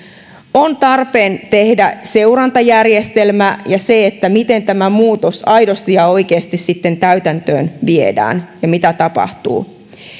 on tarpeen tehdä seurantajärjestelmä siitä miten tämä muutos aidosti ja oikeasti sitten täytäntöön viedään ja mitä tapahtuu